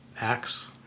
Acts